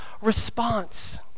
response